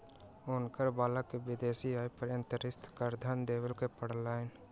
हुनकर बालक के विदेशी आय पर अंतर्राष्ट्रीय करधन दिअ पड़लैन